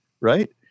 Right